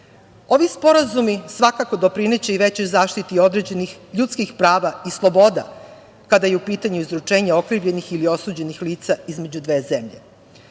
sporazumi doprineće i većoj zaštiti određenih ljudskih prava i sloboda kada je u pitanju izručenje okrivljenih ili osuđenih lica između dve zemlje.